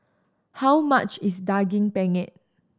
how much is Daging Penyet